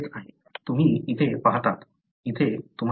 तुम्ही इथे पाहतात तिथे तुम्हाला दिसेल